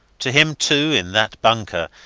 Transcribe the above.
to him, too, in that bunker,